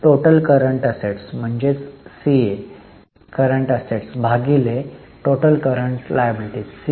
CA एकूण current assets भागिले CL एकूण करंट लायबिलिटी